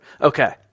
Okay